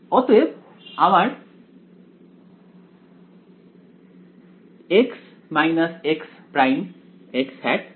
অতএব আমার আছে